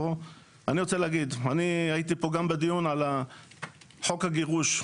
אני הייתי פה גם בדיון על חוק הגירוש,